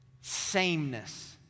Sameness